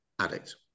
addict